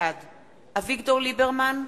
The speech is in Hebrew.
בעד אביגדור ליברמן,